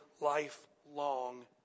lifelong